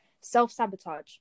self-sabotage